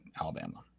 Alabama